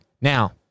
now